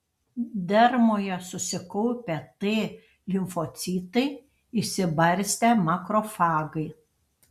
dermoje susikaupę t limfocitai išsibarstę makrofagai